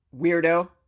weirdo